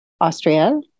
Austria